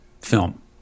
film